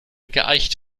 geeicht